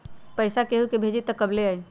पैसा केहु भेजी त कब ले आई?